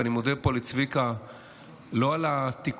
ואני מודה פה לצביקה לא על התיקונים,